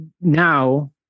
now